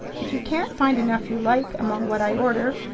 if you can't find enough you like among what i order,